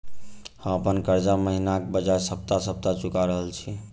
हम अप्पन कर्जा महिनाक बजाय सप्ताह सप्ताह चुका रहल छि